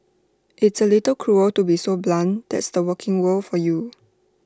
it's A little cruel to be so blunt that's the working world for you